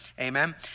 amen